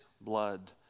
blood